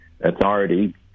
Authority